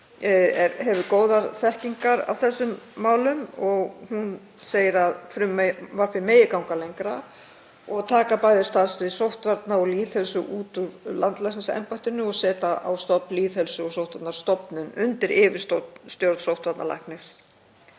hefur góða þekkingu á þessum málum. Hún segir að frumvarpið megi ganga lengra og taka bæði starfssvið sóttvarna og lýðheilsu frá landlæknisembættinu og setja á stofn lýðheilsu- og sóttvarnastofnun undir yfirstjórn sóttvarnalæknis.